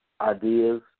ideas